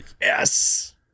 Yes